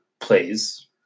plays